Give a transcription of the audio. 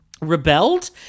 rebelled